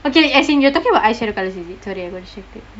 okay as in you're talking eyeshadow colours is it